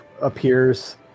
appears